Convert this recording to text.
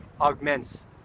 augments